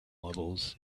models